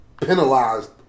penalized